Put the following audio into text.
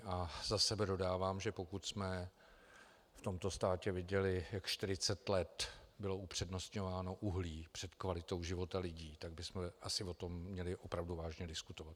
A za sebe dodávám, že pokud jsme v tomto státě viděli, jak 40 let bylo upřednostňováno uhlí před kvalitou života lidí, tak bychom asi o tom měli opravdu vážně diskutovat.